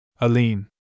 Aline